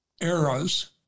eras